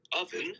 oven